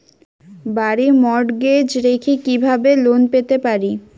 বাড়ি মর্টগেজ রেখে কিভাবে লোন পেতে পারি?